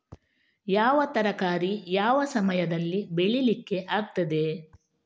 ಯಾವ ತರಕಾರಿ ಯಾವ ಸಮಯದಲ್ಲಿ ಬೆಳಿಲಿಕ್ಕೆ ಆಗ್ತದೆ?